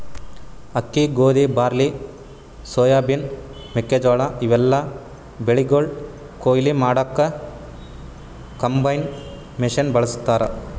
ಅಕ್ಕಿ ಗೋಧಿ barley soybean ಮೆಕ್ಕೆಜೋಳಾ ಇವೆಲ್ಲಾ ಬೆಳಿಗೊಳ್ ಕೊಯ್ಲಿ ಮಾಡಕ್ಕ್ ಕಂಬೈನ್ ಮಷಿನ್ ಬಳಸ್ತಾರ್